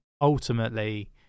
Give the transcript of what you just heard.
ultimately